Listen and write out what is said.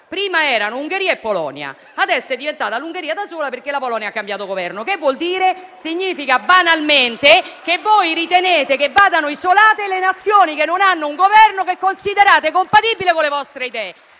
prima erano Ungheria e Polonia; adesso è diventata l'Ungheria da sola, perché la Polonia ha cambiato Governo. Che cosa vuol dire? *(Commenti).* Significa banalmente che voi ritenete che vadano isolate le Nazioni che non hanno un Governo che considerate compatibile con le vostre idee